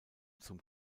zum